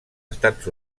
estats